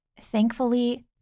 thankfully